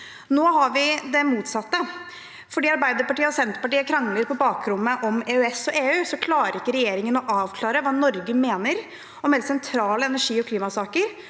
Nå har vi det motsatte. Fordi Arbeiderpartiet og Senterpartiet krangler på bakrommet om EØS og EU, klarer ikke regjeringen å avklare hva Norge mener om helt sentrale energi- og klimasaker